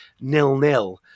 nil-nil